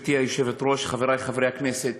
גברתי היושבת-ראש, חברי חברי הכנסת,